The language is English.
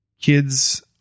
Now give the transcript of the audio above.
Kids